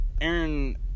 Aaron